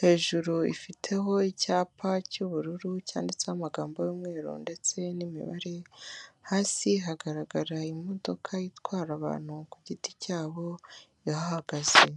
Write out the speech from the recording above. hejuru ifiteho icyapa cy'ubururu cyanditseho amagambo y'umweru ndetse n'imibare, hasi hagaragara imodoka itwara abantu ku giti cyabo ihahagaze.